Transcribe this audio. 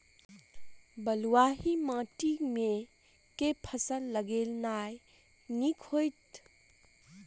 बलुआही माटि मे केँ फसल लगेनाइ नीक होइत?